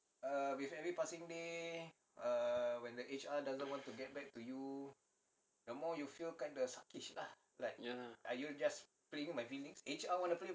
ya lah